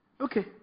Okay